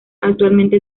actualmente